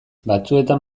batzuetan